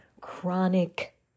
chronic